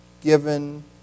given